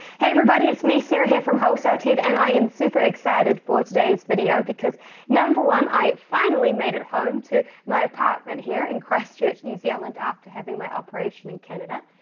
hey, everybody, it's me, sarah, here from wholesale ted and i am super excited for today's video because number one, i finally made it home to my apartment here in christchurch, new zealand, after having my operation in canada.